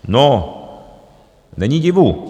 No, není divu.